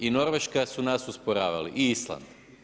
I Norveška su nas usporavali i Islanda.